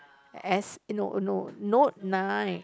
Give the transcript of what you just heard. S no no note nine